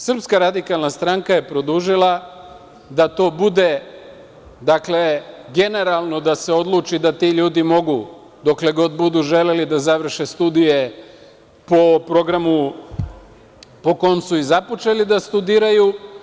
Srpska radikalna stranka je predložila da to bude, znači, generalno da se odluči da ti ljudi mogu dokle god budu želeli da završe studije po programu po kom su i započeli da studiraju.